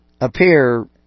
appear